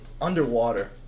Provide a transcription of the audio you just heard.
Underwater